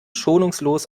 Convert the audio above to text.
schonungslos